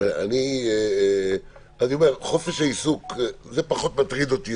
אני אומר שחופש העיסוק פחות מטריד אותי.